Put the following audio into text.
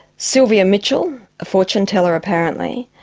sylvia mitchell, a fortune teller apparently,